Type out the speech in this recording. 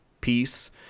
peace